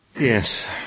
Yes